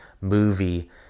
movie